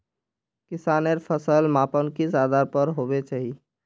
किसानेर फसल मापन किस आधार पर होबे चही?